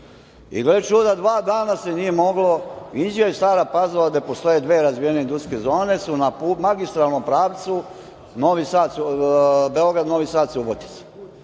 I gle čuda, dva dana se nije moglo, Inđija i Stara Pazova gde postoje dve razvijene industrijske zone su na magistralnom pravcu Beograd-Novi Sad-Subotica,